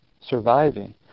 surviving